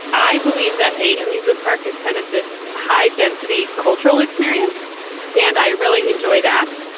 i believe that a amusement park is kind of this high density cultural experience and i really enjoy that.